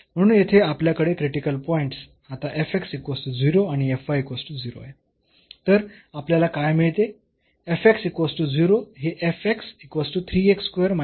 म्हणून येथे आपल्याकडे क्रिटिकल पॉईंट्स आता आणि आहेत तर आपल्याला काय मिळते हे काय आहे